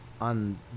on